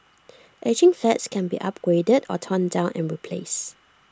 ageing flats can be upgraded or torn down and replaced